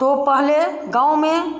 तो पहले गाँव में